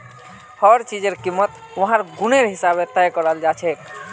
हर चीजेर कीमत वहार गुनेर हिसाबे तय कराल जाछेक